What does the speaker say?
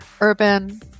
Urban